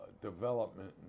development